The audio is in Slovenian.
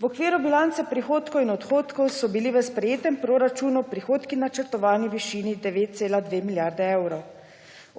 V okviru bilance prihodkov in odhodkov so bili v sprejetem proračunu prihodki načrtovani v višini 9,2 milijarde evrov,